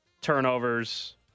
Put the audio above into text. turnovers